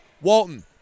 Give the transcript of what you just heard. Walton